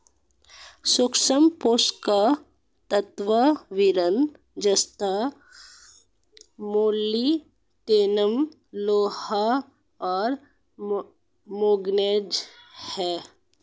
सूक्ष्म पोषक तत्व बोरान जस्ता मोलिब्डेनम लोहा और मैंगनीज हैं